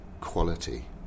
quality